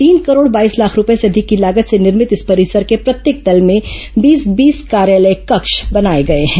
तीन करोड़ बाईस लाख रूपये से अधिक की लागत से निर्मित इस परिसर के प्रत्येक तल में बीस बीस कार्यालय कक्ष बनाए गए हैं